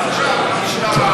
את המשטרה,